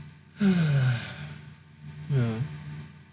ya